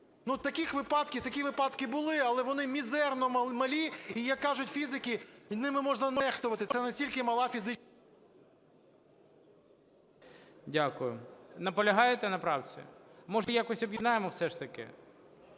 такі випадки були, але вони мізерно малі і, як кажуть фізики, ними можна нехтувати. Це настільки мала… ГОЛОВУЮЧИЙ. Дякую. Наполягаєте на правці? Може, якось об'єднаємо все ж таки?